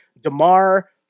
DeMar